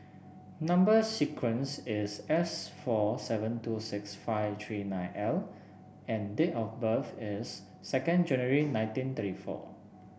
number sequence is S four seven two six five three nine L and date of birth is second January nineteen thirty four